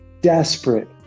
desperate